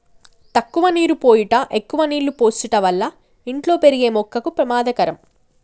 తక్కువ నీరు పోయుట ఎక్కువ నీళ్ళు పోసుట వల్ల ఇంట్లో పెరిగే మొక్కకు పెమాదకరం